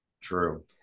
True